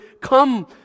come